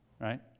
right